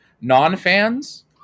non-fans